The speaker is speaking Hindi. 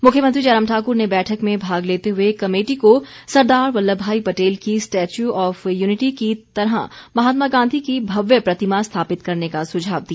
मुख्यमंत्री जयराम ठाकर ने बैठक में भाग लेते हुए कमेटी को सरदार वल्लम भाई पटेल की स्टेच्यू ऑफ यूनिटी की तरह महात्मा गांधी की भव्य प्रतिमा स्थापित करने का सुझाव दिया